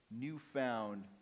newfound